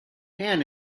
hand